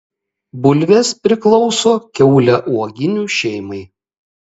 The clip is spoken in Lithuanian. bulvės priklauso kiauliauoginių šeimai